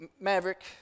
Maverick